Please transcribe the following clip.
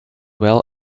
well